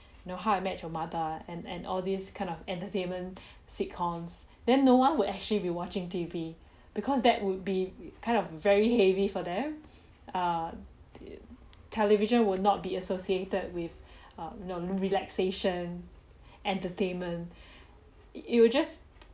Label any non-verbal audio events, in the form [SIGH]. you know how I met your mother and and all this kind of entertainment sitcoms then no one would actually be watching T_V because that would be kind of very heavy for them err television will not be associated with [BREATH] um you know relaxation entertainment [BREATH] it it will just